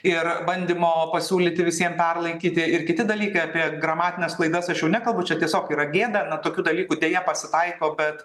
ir bandymo pasiūlyti visiem perlaikyti ir kiti dalykai apie gramatines klaidas aš jau nekalbu čia tiesiog yra gėda na tokių dalykų deja pasitaiko bet